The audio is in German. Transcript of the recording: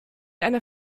einer